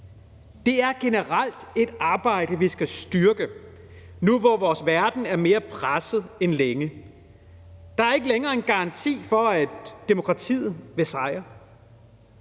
Det er generelt et arbejde, vi skal styrke – nu, hvor vores verden er mere presset end længe. Der er ikke længere en garanti for, at demokratiet vil sejre.